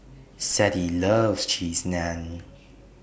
Sadie loves Cheese Naan